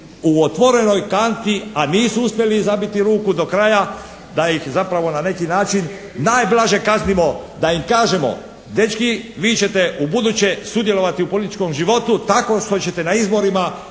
u otvorenoj kanti a nisu uspjeli zabiti ruku do kraja da ih zapravo na neki način najblaže kaznimo, da im kažemo dečki vi ćete ubuduće sudjelovati u političkom životu tako što ćete na izborima